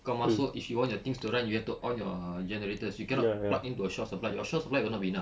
kau masuk if you want your things to run you have to on your generators you cannot plug in to a short supply your short supply will not be enough